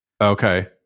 Okay